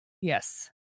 Yes